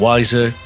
Wiser